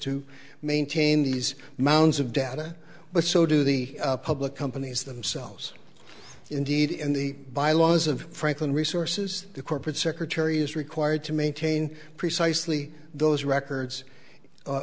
to maintain these mounds of data but so do the public companies themselves indeed in the bylaws of franklin resources the corporate secretary is required to maintain precisely those records